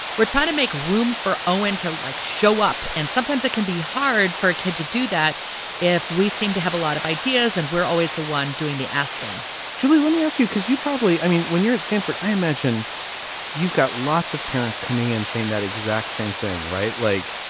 we're trying to make room for o n. to, like, show up. and sometimes it can be hard for a kid to do that if we seem to have a lot of ideas and we're always the one doing the asking julie, let me ask you, because you probably i mean, when you're at stanford, i imagine you've got lots of parents coming and saying that exact same thing. right. like,